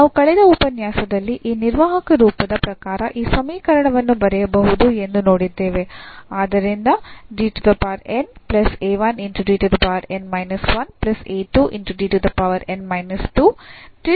ನಾವು ಕಳೆದ ಉಪನ್ಯಾಸದಲ್ಲಿ ಈ ನಿರ್ವಾಹಕ ರೂಪದ ಪ್ರಕಾರ ಈ ಸಮೀಕರಣವನ್ನು ಬರೆಯಬಹುದು ಎಂದು ನೋಡಿದ್ದೇವೆ ಆದ್ದರಿಂದ